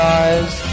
eyes